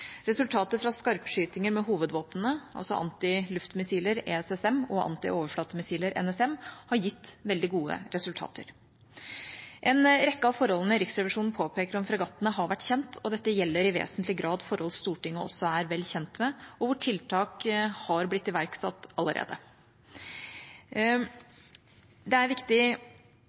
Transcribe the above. med hovedvåpnene, antiluftmissiler, ESSM, og antioverflatemissiler, NSM, har gitt veldig gode resultater. En rekke av forholdene Riksrevisjonen påpeker når det gjelder fregattene, har vært kjent. Dette gjelder i vesentlig grad forhold Stortinget også er vel kjent med, og hvor tiltak har blitt iverksatt allerede. Det er viktig